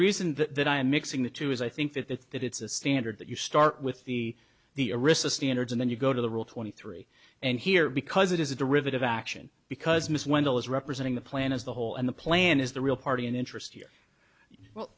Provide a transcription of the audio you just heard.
reason that i am mixing the two is i think that that it's a standard that you start with the the arista standards and then you go to the rule twenty three and here because it is a derivative action because miss wendell is representing the plan as the hole in the plan is the real party in interest